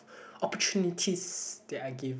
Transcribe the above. opportunities that are given